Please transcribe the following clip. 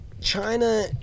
China